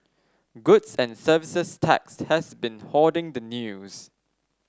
goods and Services Tax has been hoarding the news